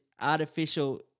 artificial